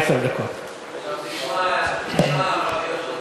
רק תראה שאתה